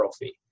fee